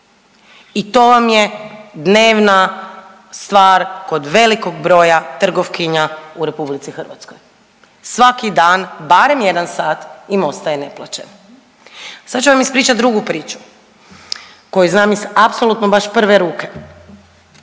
I to vam je dnevna stvar kod velikog broja trgovkinja u RH. Svaki dan barem jedan sat im ostaje neplaćen. Sad ću vam ispričat drugu priču koju znam iz apsolutno baš prve ruke.